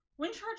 windcharger